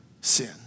sin